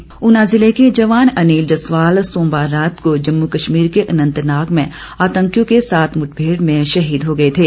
जवान शहीद ऊना जिले के जवान अनिल जसवाल सोमवार रात को जम्मू कश्मीर के अनंतनाग में आतंकियों के साथ मुठभेड़ में शहीद हो गए थे